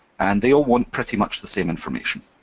and they all want pretty much the same information.